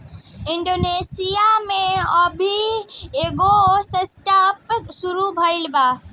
Indonesia में अबही एगो स्टार्टअप शुरू भईल बा